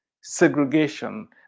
segregation